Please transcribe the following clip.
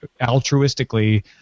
altruistically